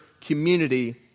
community